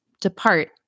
depart